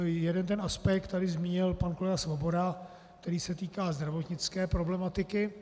Jeden ten aspekt tady zmínil pan kolega Svoboda, který se týká zdravotnické problematiky.